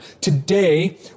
Today